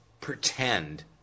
pretend